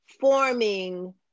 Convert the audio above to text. forming